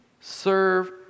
serve